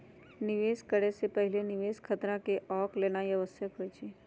निवेश करे से पहिले निवेश खतरा के आँक लेनाइ आवश्यक होइ छइ